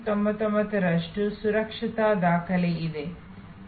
99 ರಷ್ಟು ಸುರಕ್ಷತಾ ದಾಖಲೆ ಇದೆ